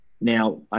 now